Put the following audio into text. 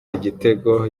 igitego